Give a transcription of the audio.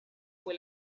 fue